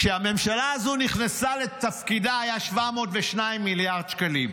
כשהממשלה הזו נכנסה לתפקידה הוא היה 702 מיליארד שקלים.